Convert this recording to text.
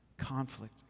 Conflict